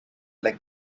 like